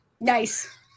nice